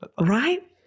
right